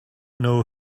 know